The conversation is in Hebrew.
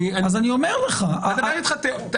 אני לא מדבר איתך על תאוריות.